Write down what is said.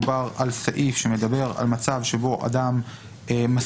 מדובר על סעיף שמדבר על מצב שבו אדם מסר